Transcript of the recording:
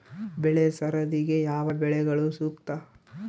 ಬೆಳೆ ಸರದಿಗೆ ಯಾವ ಬೆಳೆಗಳು ಸೂಕ್ತ?